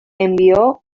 envió